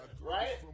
Right